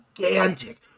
gigantic